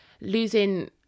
losing